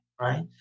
right